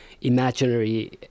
imaginary